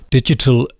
Digital